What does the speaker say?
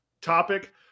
topic